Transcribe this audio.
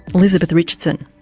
elizabeth richardson.